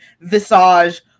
visage